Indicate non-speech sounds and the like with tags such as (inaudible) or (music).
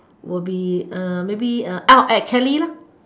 will be err maybe err (noise) at kelly lah